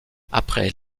après